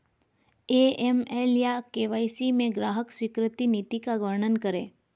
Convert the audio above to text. AML या KYC में ग्राहक स्वीकृति नीति का वर्णन करें?